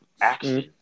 action